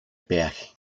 peaje